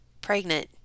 pregnant